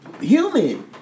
human